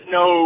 no